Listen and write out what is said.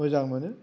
मोजां मोनो